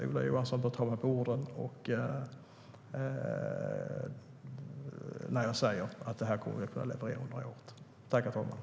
Ola Johansson får ta mig på orden när jag säger att vi kommer att kunna leverera detta under året.